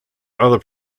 other